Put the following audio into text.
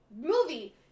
Movie